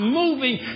moving